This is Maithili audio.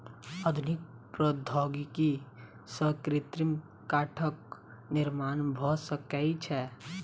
आधुनिक प्रौद्योगिकी सॅ कृत्रिम काठक निर्माण भ सकै छै